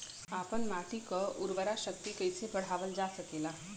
आपन माटी क उर्वरा शक्ति कइसे बढ़ावल जा सकेला?